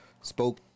spoke